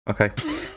Okay